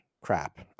crap